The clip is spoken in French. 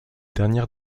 dernière